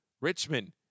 Richmond